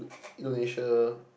Indonesia